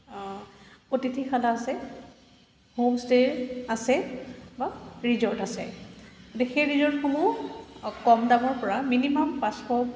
অতিথিশালা আছে হোমষ্টে' আছে বা ৰিজৰ্ট আছে গতিকে সেই ৰিজৰ্টসমূহ কম দামৰ পৰা মিনিমাম পাঁচশ